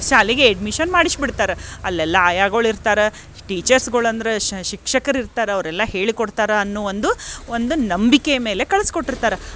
ಶಾಲೆಗೆ ಅಡ್ಮಿಷನ್ ಮಾಡಿಸ್ಬಿಡ್ತಾರೆ ಅಲ್ಲೆಲ್ಲ ಆಯಾಗಳು ಇರ್ತಾರ ಟೀಚರ್ಸ್ಗಳ್ ಅಂದರೆ ಶಿಕ್ಷಕರು ಇರ್ತಾರ ಅವರೆಲ್ಲ ಹೇಳಿಕೊಡ್ತಾರೆ ಅನ್ನುವ ಒಂದು ಒಂದು ನಂಬಿಕೆಯ ಮೇಲೆ ಕಳ್ಸ್ಕೊಟ್ಟಿರ್ತಾರೆ